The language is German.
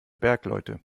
bergleute